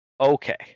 okay